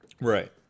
Right